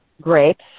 grapes